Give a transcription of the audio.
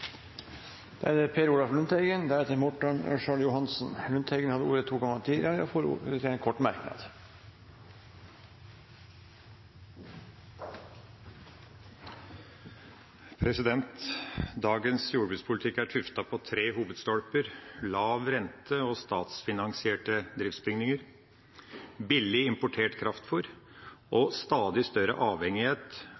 Per Olaf Lundteigen har hatt ordet to ganger tidligere og får ordet til en kort merknad, begrenset til 1 minutt. Dagens jordbrukspolitikk er tuftet på tre hovedstolper: lav rente og statsfinansierte driftsbygninger, billig importert kraftfôr, og stadig større avhengighet